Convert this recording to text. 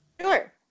Sure